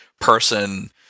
person